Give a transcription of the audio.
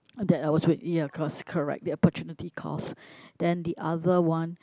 that I was with ya cost correct the opportunity cost then the other one